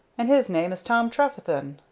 and his name is tom trefethen.